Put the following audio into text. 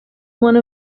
one